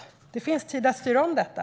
Det finns tid att styra om detta.